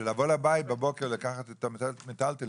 שלבוא הביתה בבוקר לקחת את המיטלטלין,